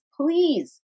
please